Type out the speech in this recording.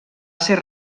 ser